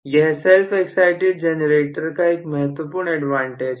यह self excited generator का एक महत्वपूर्ण एडवांटेज है